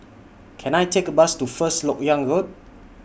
Can I Take A Bus to First Lok Yang Road